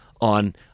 on